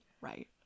Right